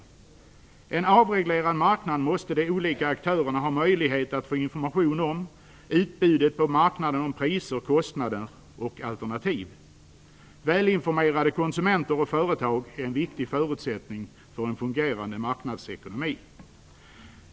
På en avreglerad marknad måste de olika aktörerna ha möjlighet att få information om utbudet på marknaden, priser och alternativ. Välinformerade konsumenter och företag är en viktig förutsättning för en fungerande marknadsekonomi.